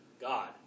God